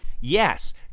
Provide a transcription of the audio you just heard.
yes